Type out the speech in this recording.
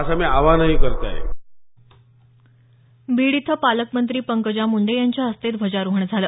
असं मी आव्हानही करतो आहे बीड इथं पालकमंत्री पंकजा मुंडे यांच्या हस्ते ध्वजारोहण झालं